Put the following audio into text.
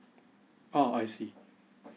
ah I see